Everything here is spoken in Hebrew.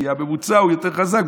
כי הממוצע הוא יותר חזק,